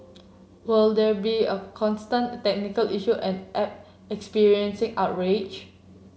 will there be of constant technical issue and app experiencing outrage